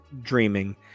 Dreaming